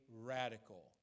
radical